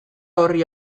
horri